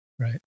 Right